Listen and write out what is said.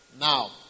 Now